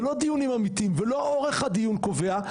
זה לא דיונים אמיתיים ולא אורך הדיון קובע,